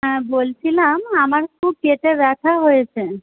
হ্যাঁ বলছিলাম আমার খুব পেটে ব্যথা হয়েছে